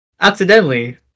accidentally